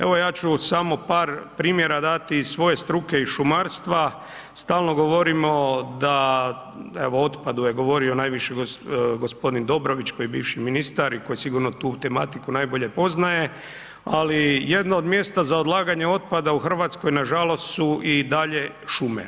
Evo, ja ću samo par primjera dati iz svoje struke, iz šumarstva, stalno govorimo da evo o otpadu je govorio najviše g. Dobrović koji je bivši ministar i koji sigurno tu tematiku najbolje poznaje, ali jedno od mjesta za odlaganje otpada u Hrvatskoj nažalost su i dalje šume.